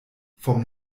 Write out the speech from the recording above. vom